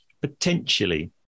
potentially